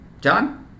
John